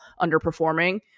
underperforming